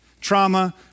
Trauma